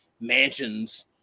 mansions